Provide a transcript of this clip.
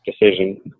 decision